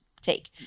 take